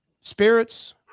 spirits